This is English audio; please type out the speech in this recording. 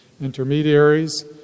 intermediaries